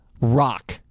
rock